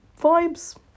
vibes